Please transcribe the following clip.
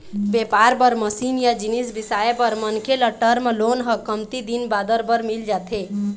बेपार बर मसीन या जिनिस बिसाए बर मनखे ल टर्म लोन ह कमती दिन बादर बर मिल जाथे